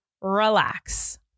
RELAX